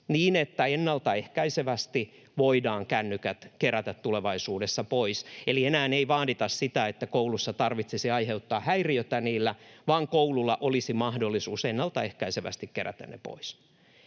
niin, että ennaltaehkäisevästi voidaan kännykät kerätä tulevaisuudessa pois, eli enää ei vaadita sitä, että koulussa tarvitsisi aiheuttaa häiriötä niillä, vaan koululla olisi mahdollisuus ennaltaehkäisevästi kerätä ne pois.